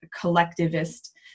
collectivist